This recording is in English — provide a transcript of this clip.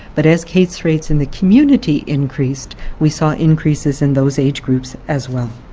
but as case rates in the community increased, we saw increases in those age groups as well.